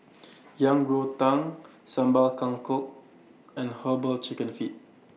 Yang Rou Tang Sambal Kangkong and Herbal Chicken Feet